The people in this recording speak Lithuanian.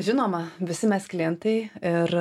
žinoma visi mes klientai ir